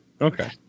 okay